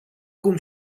cum